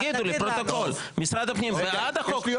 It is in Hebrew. תגידו לפרוטוקול, משרד הפנים בעד החוק?